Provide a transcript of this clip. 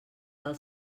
del